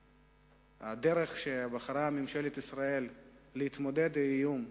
הדרך שבחרה מדינת ישראל להתמודד עם האיום,